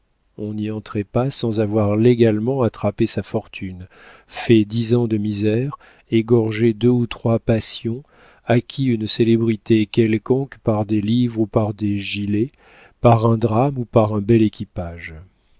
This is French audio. on n'y entrait pas sans avoir légalement attrapé sa fortune fait dix ans de misère égorgé deux ou trois passions acquis une célébrité quelconque par des livres ou par des gilets par un drame ou par un bel équipage